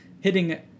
hitting